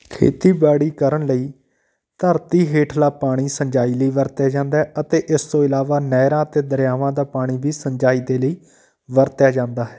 ਖੇਤੀਬਾੜੀ ਕਰਨ ਲਈ ਧਰਤੀ ਹੇਠਲਾ ਪਾਣੀ ਸਿੰਜਾਈ ਲਈ ਵਰਤਿਆਂ ਜਾਂਦਾ ਅਤੇ ਇਸ ਤੋਂ ਇਲਾਵਾ ਨਹਿਰਾਂ ਅਤੇ ਦਰਿਆਵਾਂ ਦਾ ਪਾਣੀ ਵੀ ਸਿੰਜਾਈ ਦੇ ਲਈ ਵਰਤਿਆਂ ਜਾਂਦਾ ਹੈ